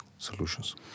solutions